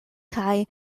kaj